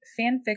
fanfic